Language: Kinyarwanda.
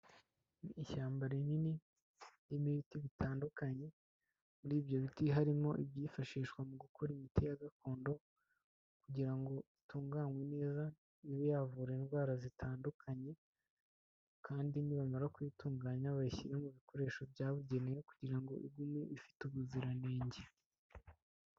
Mu ishyamba rinini, ririmo ibiti bitandukanye, muri ibyo biti harimo ibyifashishwa mu gukora imiti ya gakondo kugira ngo itunganywe neza, ibe yavura indwara zitandukanye kandi nibamara kuyitunganya bayishyire mu bikoresho byabugenewe kugira ngo igume ifite ubuziranenge.